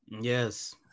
yes